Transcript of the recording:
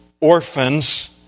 orphans